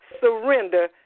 surrender